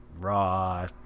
raw